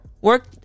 Work